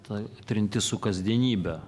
ta trintis su kasdienybe